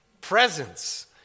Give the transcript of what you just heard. Presence